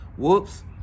whoops